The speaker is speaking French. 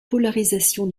polarisation